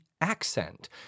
accent